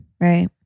Right